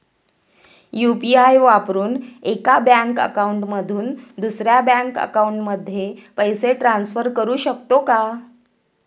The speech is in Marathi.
यु.पी.आय वापरून एका बँक अकाउंट मधून दुसऱ्या बँक अकाउंटमध्ये पैसे ट्रान्सफर करू शकतो का?